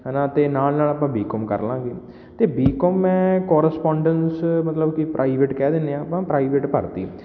ਹੈ ਨਾ ਅਤੇ ਨਾਲ਼ ਨਾਲ਼ ਆਪਾਂ ਬੀ ਕੌਮ ਕਰ ਲਵਾਂਗੇ ਅਤੇ ਬੀ ਕੌਮ ਮੈਂ ਕੋਰਸਪੋਂਡਸ ਮਤਲਬ ਕਿ ਪ੍ਰਾਈਵੇਟ ਕਹਿ ਦਿੰਦੇ ਹਾਂ ਆਪਾਂ ਪ੍ਰਾਈਵੇਟ ਭਰਤੀ